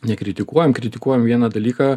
nekritikuojam kritikuojam vieną dalyką